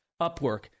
Upwork